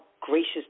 gracious